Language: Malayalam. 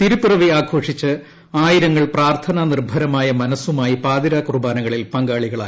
തിരുപ്പിറവി ആഘോഷിച്ച് ആയിരങ്ങൾ പ്രാർത്ഥനാ നിർഭരമായി മനസുമായി പാതിരാ കുർബാനകളിൽ പങ്കാളികളായി